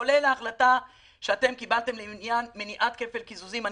כולל ההחלטה שקיבלתם למניעת כפל קיזוזים.